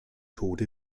tode